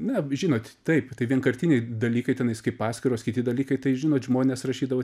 na žinot taip tai vienkartiniai dalykai tenais kaip paskyros kiti dalykai tai žinot žmonės rašydavo